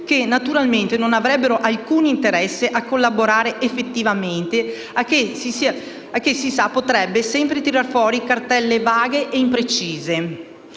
che naturalmente non avrebbero alcun interesse a collaborare effettivamente e che si sa potrebbero sempre tirare fuori cartelle vaghe e imprecise.